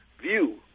view